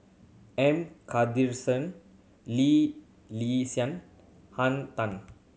M Lee Li Sian Henn Tan